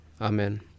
Amen